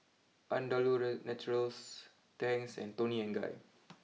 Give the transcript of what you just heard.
Andalou Naturals Tangs and Toni Guy